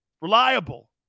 reliable